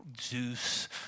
Zeus